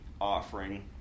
offering